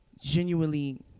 genuinely